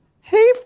Hey